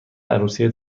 عروسی